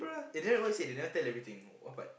they never even say they never tell everything what but